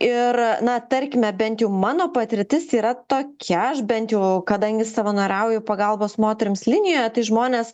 ir na tarkime bent jau mano patirtis yra tokia aš bent jau kadangi savanoriauju pagalbos moterims linijoje tai žmonės